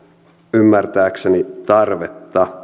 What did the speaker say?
ymmärtääkseni tarvetta